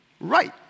right